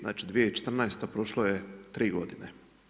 Znači 2014. prošlo je 3 godine.